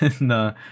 no